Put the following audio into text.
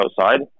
outside